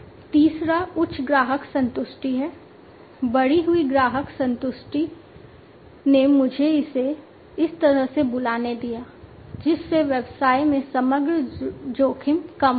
तीसरा उच्च ग्राहक संतुष्टि है बढ़ी हुई ग्राहक संतुष्टि ने मुझे इसे इस तरह से बुलाने दिया जिससे व्यवसाय में समग्र जोखिम कम हो गए